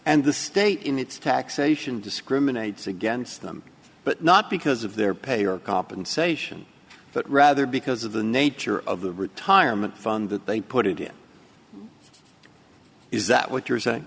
and the state in its taxation discriminates against them but not because of their pay or compensation but rather because of the nature of the retirement fund that they put it in is that what you're saying